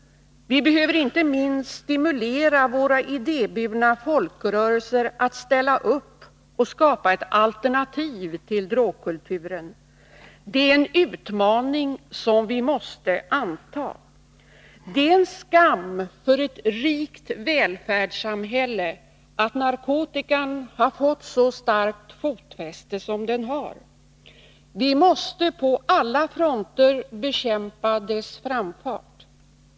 Vi behöver inte minst stimulera våra idéburna folkrörelser att ställa upp och skapa ett alternativ till drogkulturen. Det är en utmaning som vi måste anta. Det är en skam för ett rikt välfärdssamhälle att narkotikan har fått så starkt fotfäste som den har. Vi måste på alla fronter bekämpa dess framfart.